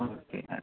okay ആ